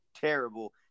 terrible